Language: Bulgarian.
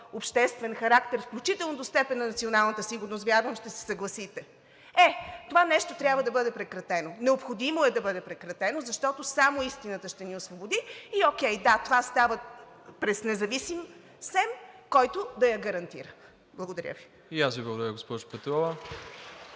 обществен характер, включително до степен на националната сигурност? Вярвам, ще се съгласите. Е, това нещо трябва да бъде прекратено. Необходимо е да бъде прекратено, защото само истината ще ни освободи, и да, това става през независим СЕМ, който да я гарантира. Благодаря Ви. (Ръкопляскания от